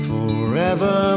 Forever